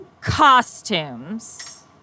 costumes